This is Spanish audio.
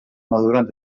maduran